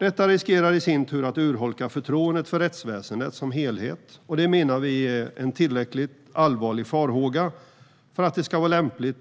Detta riskerar i sin tur att urholka förtroendet för rättsväsendet som helhet, och det menar vi är en tillräckligt allvarlig farhåga för att det ska vara lämpligt